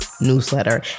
newsletter